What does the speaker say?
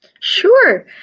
Sure